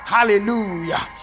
Hallelujah